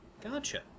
gotcha